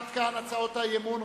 עד כאן הצעות האי-אמון.